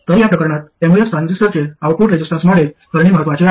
तर या प्रकरणात एमओएस ट्रान्झिस्टरचे आउटपुट रेसिस्टन्स मॉडेल करणे महत्वाचे आहे